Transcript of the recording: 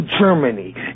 Germany